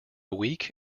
weak